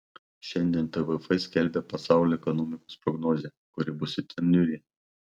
šiandien tvf skelbia pasaulio ekonomikos prognozę kuri bus itin niūri